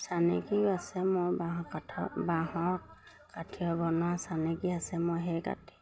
চানেকিও আছে মই বাঁহৰ কাঠৰ বাঁহৰ কাঠিৰে বনোৱা চানেকি আছে মই সেই কাঠি